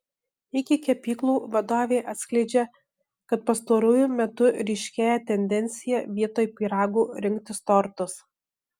iki kepyklų vadovė atskleidžia kad pastaruoju metu ryškėja tendencija vietoj pyragų rinktis tortus